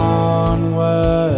onward